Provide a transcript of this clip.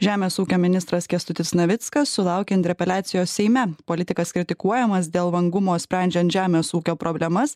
žemės ūkio ministras kęstutis navickas sulaukė interpeliacijos seime politikas kritikuojamas dėl vangumo sprendžiant žemės ūkio problemas